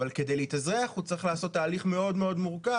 אבל כדי להתאזרח הוא צריך לעשות תהליך מאוד מורכב,